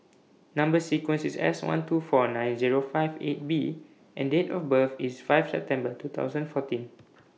Number sequence IS S one two four nine Zero five eight B and Date of birth IS five September two thousand fourteen